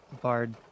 bard